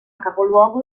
capoluogo